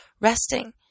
Resting